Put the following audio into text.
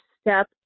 step